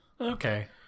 Okay